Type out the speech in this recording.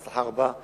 בהצלחה רבה,